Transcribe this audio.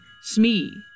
Smee